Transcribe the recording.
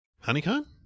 honeycomb